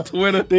Twitter